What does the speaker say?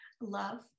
love